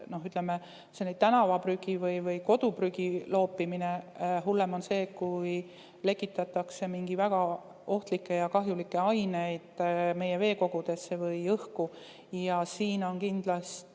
ütleme, [üks asi on] tänavaprügi või koduprügi loopimine, aga hullem on see, kui lekitatakse mingeid väga ohtlikke ja kahjulikke aineid meie veekogudesse või õhku. Ja siin on kindlasti